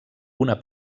una